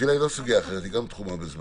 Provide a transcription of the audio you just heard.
תפילה היא לא סוגיה אחרת, היא גם תחומה בזמן.